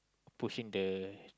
pushing the